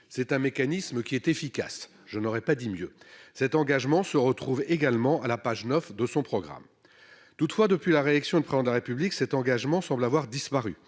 c'est un mécanisme qui est efficace, je n'aurais pas dit mieux cet engagement se retrouve également à la page 9 de son programme, toutefois depuis la réaction de prendre la République cet engagement semble avoir disparu,